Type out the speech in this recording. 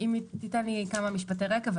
כמה משפטי רקע.